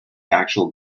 actual